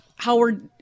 Howard